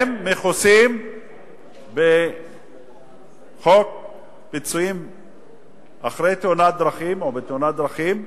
הם מכוסים בחוק הפיצויים אחרי תאונת דרכים או בתאונת דרכים,